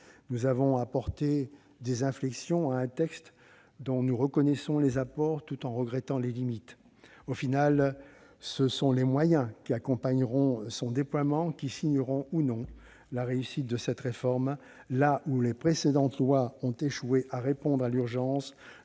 Nous avons apporté des inflexions à un texte dont nous reconnaissons les apports tout en regrettant les limites. En définitive, ce sont les moyens accordés pour accompagner son déploiement qui signeront, ou non, la réussite de cette réforme, là où les précédentes lois ont échoué à répondre à l'urgence